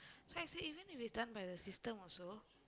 so I say even if it's done by the system also